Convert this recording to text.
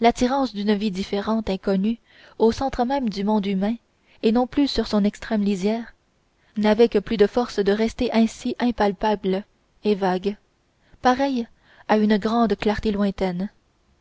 l'attirance d'une vie différente inconnue au centre même du monde humain et non plus sur son extrême lisière navait que plus de force de rester ainsi impalpable et vague pareil à une grande clarté lointaine